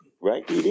right